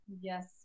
yes